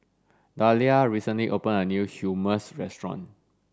Dalia recently open a new Hummus restaurant